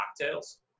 cocktails